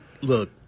look